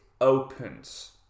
opens